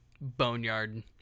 Boneyard